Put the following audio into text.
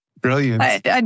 Brilliant